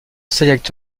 actuellement